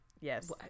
yes